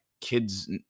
kids